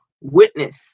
witness